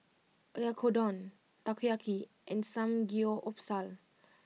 Oyakodon Takoyaki and Samgyeopsal